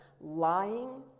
lying